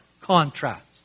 contrast